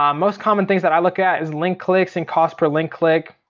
um most common things that i look at is link clicks and cost per link click.